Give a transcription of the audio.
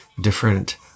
different